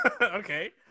Okay